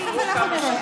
תכף אנחנו נראה.